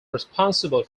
responsible